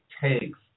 takes